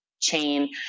chain